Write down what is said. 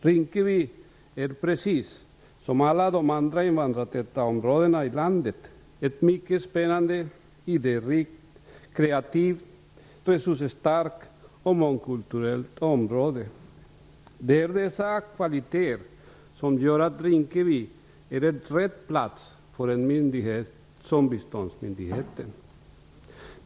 Rinkeby är, precis som alla de andra invandrartäta områdena i landet, ett mycket spännande, idérikt, kreativt, resursstarkt och mångkulturellt område. Det är dessa kvaliteter som gör att Rinkeby är rätt plats för en myndighet som biståndsmyndigheten.